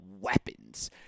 weapons